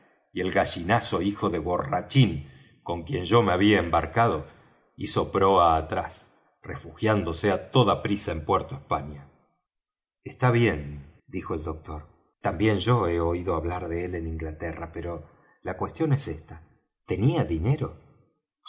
y el gallinazo hijo de borrachín con quien yo me había embarcado hizo proa atrás refugiándose á toda prisa en puerto españa está bien dijo el doctor también yo he oído hablar de él en inglaterra pero la cuestión es esta tenía dinero